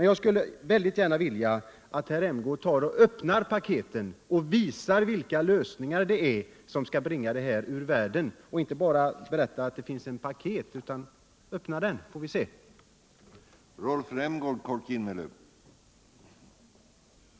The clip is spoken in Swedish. Jag skulle gärna se att herr Rämgård öppnade paketet och visade vilka lösningar som föreslås för att bringa det hela ur världen. Jag tycker inte att det räcker med att bara berätta att det här finns ett paket. Öppna det, så får vi se innehållet!